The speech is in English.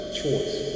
choice